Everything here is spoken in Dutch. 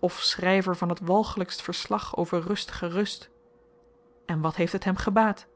of schryver van t walgelykst verslag over rustige rust en wat heeft het hem gebaat